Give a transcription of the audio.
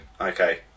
Okay